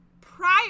prior